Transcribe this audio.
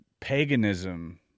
paganism